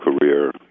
career